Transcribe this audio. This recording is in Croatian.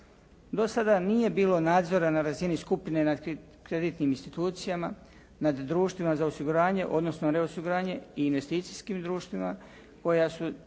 Do sada nije bilo nadzora na razini skupine nad kreditnim institucijama, nad društvima za osiguranje, odnosno reosiguranje i investicijskim društvima koja su